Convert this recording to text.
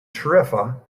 tarifa